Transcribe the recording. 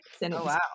wow